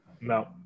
No